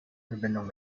verbindung